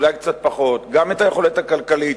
ואולי קצת פחות גם את היכולת הכלכלית,